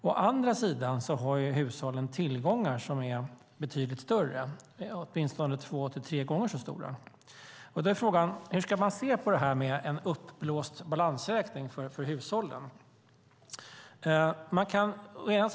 Å andra sidan har hushållen tillgångar som är betydligt större, åtminstone två till tre gånger så stora. Då är frågan: Hur ska man se på det här med en uppblåst balansräkning för hushållen?